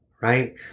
right